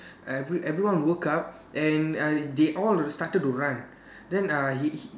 every everyone woke up and uh they all started to run then uh he he